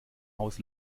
haus